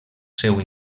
seu